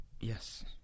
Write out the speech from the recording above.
Yes